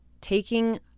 taking